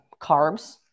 carbs